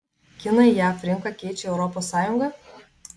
kinai jav rinką keičia į europos sąjungą